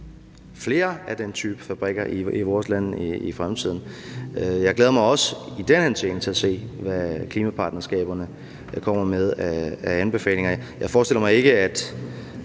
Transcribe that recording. flere af den type fabrikker i vores land i fremtiden. Jeg glæder mig også i den henseende til at se, hvad klimapartnerskaberne kommer med af anbefalinger. Jeg forestiller mig ikke, at